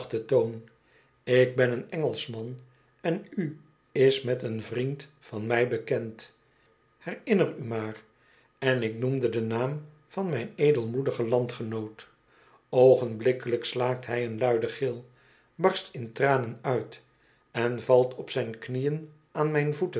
ik ben een engelschman en u is met een vriend van mij bekend herinner u maar en ik noemde den naam van mijn edelmoedigen landgenoot oogenblikkelijk slaakt hu een luiden gil barst in tranen uit en valt op zn'n knieën aan mijn voeten